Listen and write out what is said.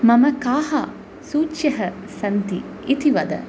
मम काः सूच्यः सन्ति इति वद